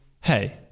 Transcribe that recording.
hey